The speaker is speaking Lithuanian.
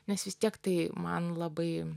nes vis tiek tai man labai